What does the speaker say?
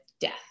death